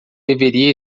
deveria